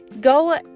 go